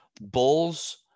bulls